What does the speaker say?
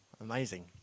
Amazing